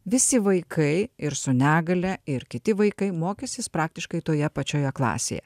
visi vaikai ir su negalia ir kiti vaikai mokysis praktiškai toje pačioje klasėje